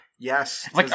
yes